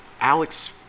Alex